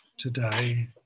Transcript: today